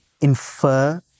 infer